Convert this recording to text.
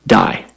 die